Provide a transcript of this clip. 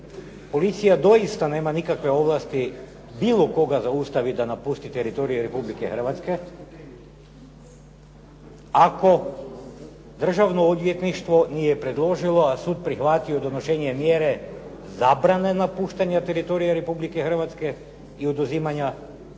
policija doista nema nikakve ovlasti bilo koga zaustaviti da napusti teritorij Republike Hrvatske ako Državno odvjetništvo nije predložilo, a sud prihvatio, donošenje mjere zabrane napuštanja teritorija Republike Hrvatske i oduzimanja putnih